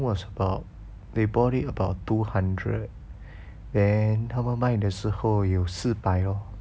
was about they bought it about two hundred then 他们卖的时候有四百 lor